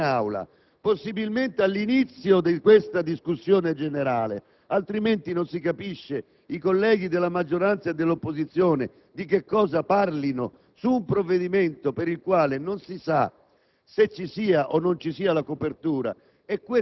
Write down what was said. chiedo formalmente al Governo di venire in Aula, possibilmente all'inizio di questa discussione generale, altrimenti non si capisce di che cosa parlino i colleghi della maggioranza e dell'opposizione, trattandosi di un provvedimento per il quale non si sa